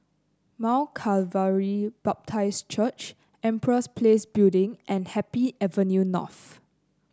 Mount Calvary Baptist Church Empress Place Building and Happy Avenue North